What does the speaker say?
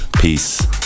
peace